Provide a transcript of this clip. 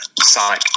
sonic